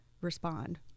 respond